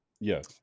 Yes